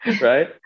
Right